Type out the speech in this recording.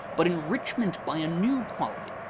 but enrichment by a new quality.